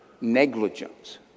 negligence